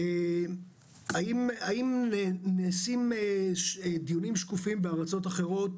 האם נעשים דיונים שקופים בארצות אחרות